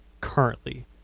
currently